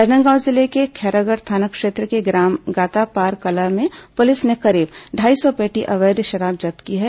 राजनांदगांव जिले के खैरागढ़ थाना क्षेत्र के ग्राम गातापारकला में पुलिस ने करीब ढाई सौ पेटी अवैध शराब जब्त की है